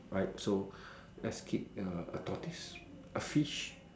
right so let's keep a tortoise a fish